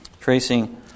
tracing